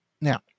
now